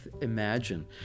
imagine